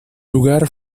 lugar